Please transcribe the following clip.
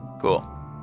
Cool